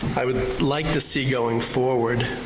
i would like to see going forward.